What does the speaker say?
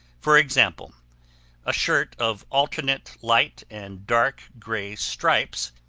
for example a shirt of alternate light and dark gray stripes,